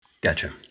gotcha